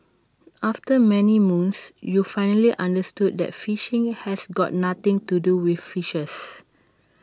after many moons you finally understood that phishing has got nothing to do with fishes